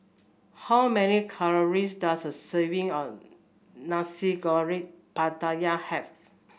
how many calories does a serving of Nasi Goreng Pattaya have